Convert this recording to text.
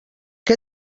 què